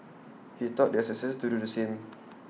he taught their successors to do the same